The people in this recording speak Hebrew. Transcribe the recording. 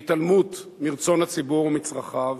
בהתעלמות מרצון הציבור ומצרכיו.